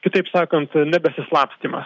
kitaip sakant nebesislapstymas